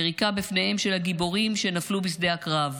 יריקה בפניהם של הגיבורים שנפלו בשדה הקרב,